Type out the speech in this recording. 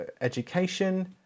education